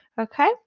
okay